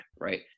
Right